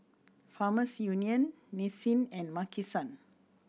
Farmers Union Nissin and Maki San